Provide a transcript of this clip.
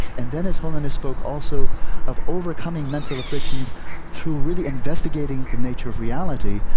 and then his holiness spoke also of overcoming mental afflictions through really investigating the nature of reality.